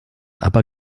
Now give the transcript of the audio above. aber